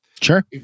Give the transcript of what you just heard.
Sure